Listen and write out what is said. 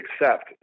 accept